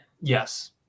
Yes